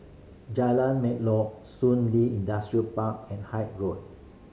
Jalan Melor Shun Li Industrial Park and Hythe Road